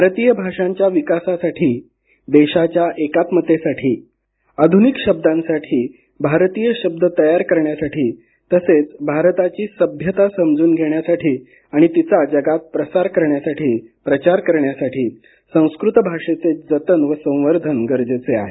भारतीय भाषांच्या विकासासाठी देशाच्या एकात्मतेसाठी आधुनिक शब्दांसाठी भारतीय शब्द तयार करण्यासाठी तसेच भारताची सभ्यता समजून घेण्यासाठी आणि तिचा जगात प्रसार करण्यासाठी प्रचार करण्यासाठी संस्कृत भाषेचे जतन व संवर्धन गरजेचे आहे